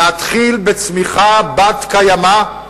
להתחיל בצמיחה בת-קיימא,